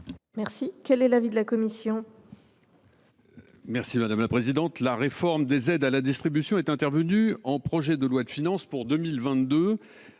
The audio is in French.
forte. Quel est l’avis de la commission ?